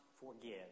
forgive